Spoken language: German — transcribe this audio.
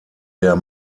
der